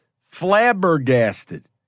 flabbergasted